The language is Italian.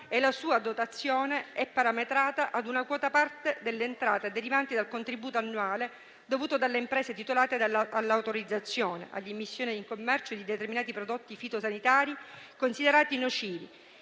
con una dotazione parametrata a una quota parte delle entrate derivanti dal contributo annuale dovuto dalle imprese titolari delle autorizzazioni all'immissione in commercio di determinati prodotti fitosanitari considerati nocivi